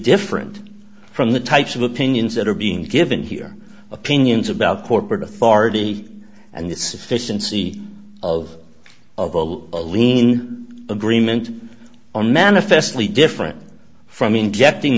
different from the types of opinions that are being given here opinions about corporate authority and the sufficiency of of all a lean agreement on manifestly different from injecting